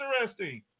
interesting